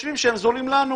חושבים שהם זולים לנו.